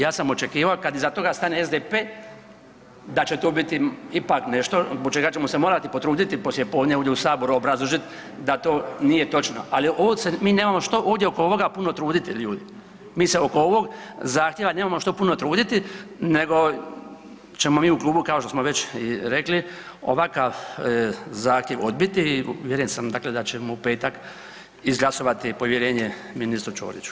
Ja sam očekivao kad iza toga stane SDP da će to biti ipak nešto zbog čega ćemo se morati potruditi poslije podne ovdje u saboru obrazložit da to nije točno, ali ovo se mi nemamo što oko ovoga puno truditi ljudi, mi se oko ovog zahtjeva nemamo što puno truditi nego ćemo mi u klubu kao što smo već i rekli ovakav zahtjev odbiti, uvjeren sam dakle da ćemo u petak izglasovati povjerenje ministru Ćoriću.